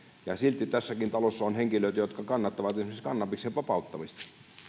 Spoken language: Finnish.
ja silti tässäkin talossa on henkilöitä jotka kannattavat esimerkiksi kannabiksen vapauttamista